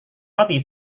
roti